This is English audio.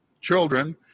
children